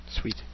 Sweet